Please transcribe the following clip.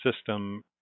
system